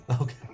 Okay